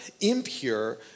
impure